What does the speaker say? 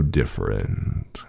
different